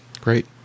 Great